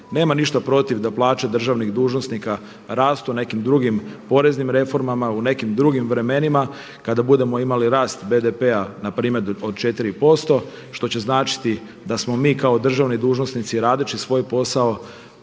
nema ništa protiv da plaće državnih dužnosnika rastu nekim drugim poreznim reformama, u nekim drugim vremenima kada budemo imali rast BDP-a npr. od 4% što će značiti da smo mi kao državni dužnosnici radeći svoj posao